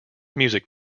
music